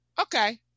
Okay